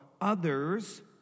others